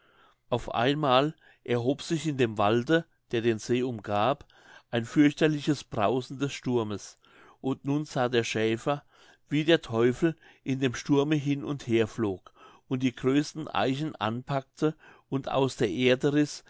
auf einmal erhob sich in dem walde der den see umgab ein fürchterliches brausen des sturmes und nun sah der schäfer wie der teufel in dem sturme hin und her flog und die größten eichen anpackte und aus der erde riß